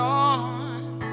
on